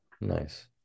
Nice